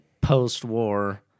post-war